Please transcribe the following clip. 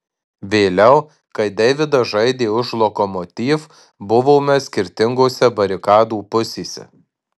vėliau kai deividas žaidė už lokomotiv buvome skirtingose barikadų pusėse